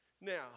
now